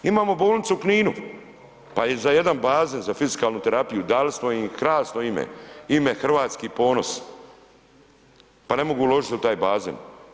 Imamo bolnicu u Kninu, pa i za jedan bazen, za fiskalnu terapiju, dali smo im krasno ime, ime Hrvatski ponos, pa ne mogu uložiti u taj bazen.